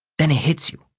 then it hits you